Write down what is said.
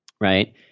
Right